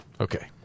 Okay